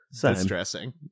distressing